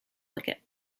wicket